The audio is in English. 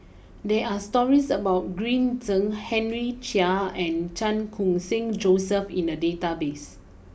there are stories about Green Zeng Henry Chia and Chan Khun sing Joseph in the database